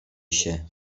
się